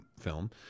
film